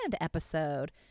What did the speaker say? episode